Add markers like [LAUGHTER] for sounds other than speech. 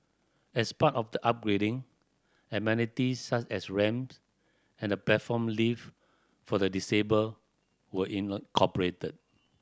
as part of the upgrading amenities such as ramps and a platform lift for the disabled were [UNINTELLIGIBLE]